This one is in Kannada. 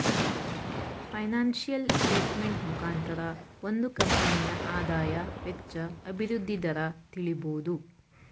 ಫೈನಾನ್ಸಿಯಲ್ ಸ್ಟೇಟ್ಮೆಂಟ್ ಮುಖಾಂತರ ಒಂದು ಕಂಪನಿಯ ಆದಾಯ, ವೆಚ್ಚ, ಅಭಿವೃದ್ಧಿ ದರ ತಿಳಿಬೋದು